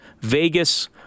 Vegas